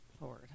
Lord